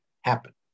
happen